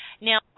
Now